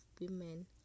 women